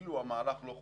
שכאילו המהלך לא חוקי.